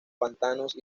pantanos